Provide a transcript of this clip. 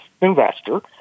investor